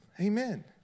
amen